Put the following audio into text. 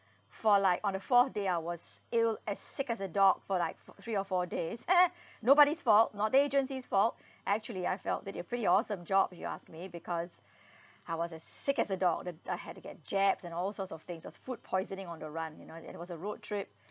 for like on the fourth day I was ill as sick as a dog for like f~ three or four days eh nobody's fault not the agency's fault actually I felt they did a pretty awesome job if you asked me because I was as sick as a dog uh I had to get jabs and all sorts of things it was food poisoning on the run you know and it was a road trip